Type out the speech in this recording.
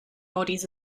bodies